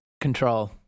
control